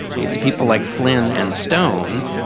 it's people like flynn and stone.